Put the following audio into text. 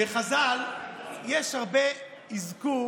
בחז"ל יש הרבה אזכור